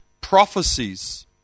prophecies